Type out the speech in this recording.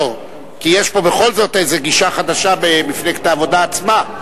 יש פה בכל זאת איזו גישה חדשה במפלגת העבודה עצמה.